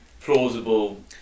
plausible